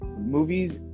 movies